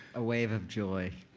a wave of joy